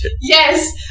Yes